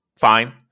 fine